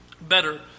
better